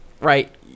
right